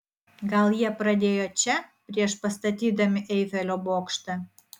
gal jie pradėjo čia prieš pastatydami eifelio bokštą